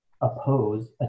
oppose